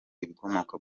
ibikomoka